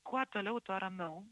kuo toliau tuo ramiau